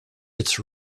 its